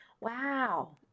wow